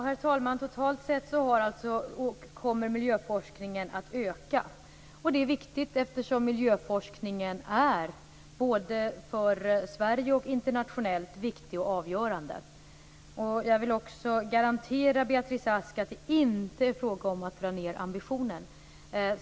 Herr talman! Totalt sett kommer miljöforskningen att öka. Det är viktigt, eftersom miljöforskningen är viktig och avgörande både för Sverige och internationellt. Jag kan också försäkra Beatrice Ask att det inte är fråga om att dra ned ambitionen.